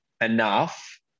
enough